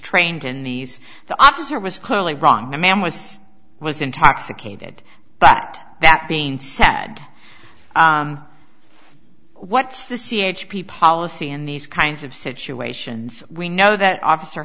trained in these the officer was clearly wrong the man was was intoxicated but that being sad what's the c h p policy in these kinds of situations we know that officer